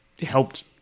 helped